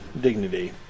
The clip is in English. dignity